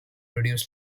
reduce